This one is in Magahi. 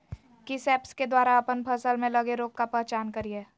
किस ऐप्स के द्वारा अप्पन फसल में लगे रोग का पहचान करिय?